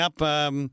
up –